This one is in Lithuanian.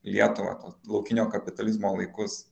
lietuvąto laukinio kapitalizmo laikus